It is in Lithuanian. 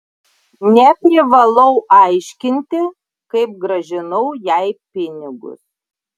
neprivalau aiškinti kaip grąžinau jai pinigus